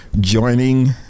joining